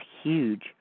huge